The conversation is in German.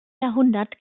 jahrhundert